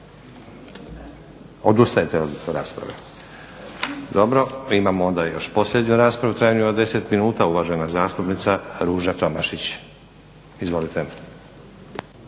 Odustajete od rasprave? Dobro. Mi imamo onda još posljednju raspravu u trajanju od 10 minuta. Uvažena zastupnica Ruža Tomašić. Izvolite.